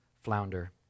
flounder